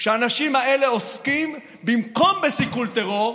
והאנשים האלה עוסקים במקום בסיכול טרור,